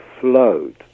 flowed